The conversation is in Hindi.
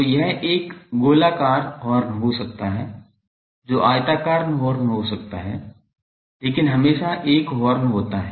तो यह एक गोलाकार हॉर्न हो सकता है जो आयताकार हॉर्न हो सकता है लेकिन हमेशा एक हॉर्न होता है